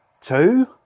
two